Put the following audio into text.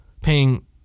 paying